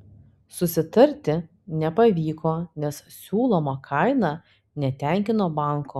susitarti nepavyko nes siūloma kaina netenkino banko